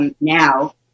now